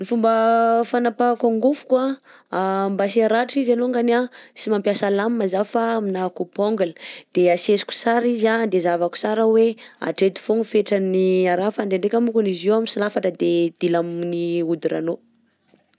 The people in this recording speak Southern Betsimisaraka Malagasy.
Fomba fanapahako angofoko an mba tsy haratra izy alongany a tsy mampiasa lame zaho fa amina coupe ongle, de asesiko sara izy an de zahavako sara hoe hatreto fogna fetrany araha fa ndrendreka moko izy io an misolafatra de dila amin'ny hodiranao.